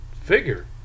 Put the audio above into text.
figure